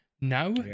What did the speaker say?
Now